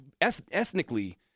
ethnically